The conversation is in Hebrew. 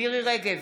מירי מרים רגב,